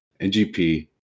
NGP